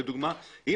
יש